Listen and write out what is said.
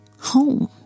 home